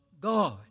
God